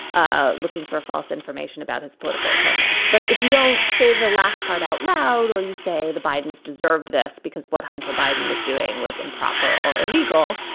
ah looking for false information about his political opponent. but if you don't say the last part out loud or you say the bidens deserved this because what hunter biden was doing was improper or illegal,